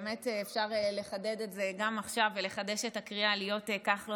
אפשר לחדד את זה גם עכשיו ולחדש את הקריאה להיות כחלונים,